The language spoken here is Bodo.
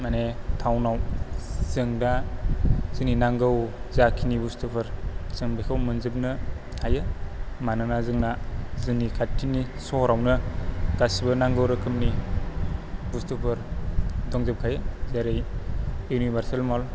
माने थावनाव जों दा जोंनि नांगौ जाखिनि बुस्थुफोर जों बेखौ मोनजोबनो हायो मानोना जोंना जोंनि खाथिनि सहरावनो गासिबो नांगौ रोखोमनि बुस्थुफोर दंजोबखायो जेरै इउनिभार्सेल मल